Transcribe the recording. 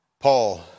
Paul